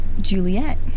Juliet